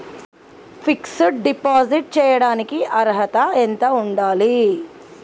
Fix డ్ deposit చేయటానికి అర్హత ఎంత ఉండాలి?